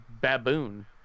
baboon